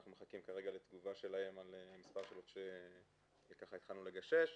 אנחנו מחכים כרגע לתגובה שלהם על מספר שאלות שהתחלנו לגשש,